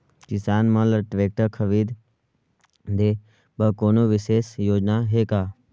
किसान मन ल ट्रैक्टर खरीदे बर कोनो विशेष योजना हे का?